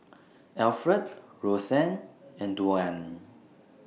Alfred Roseanne and Dwan